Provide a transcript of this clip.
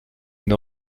une